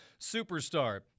superstar